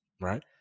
right